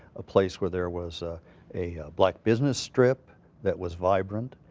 a place where there was ah a black business strip that was vibrant.